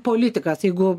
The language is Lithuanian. politikas jeigu